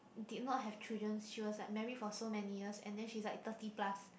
did not have children's she was like married for so many years and then she was like thirty plus